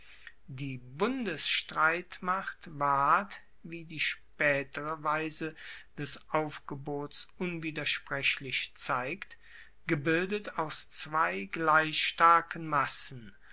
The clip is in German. die bundesstreitmacht ward wie die spaetere weise des aufgebots unwidersprechlich zeigt gebildet aus zwei gleich starken massen